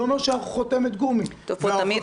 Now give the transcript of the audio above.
זה אומר שאנחנו חותמת גומי -- תמיד